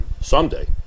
someday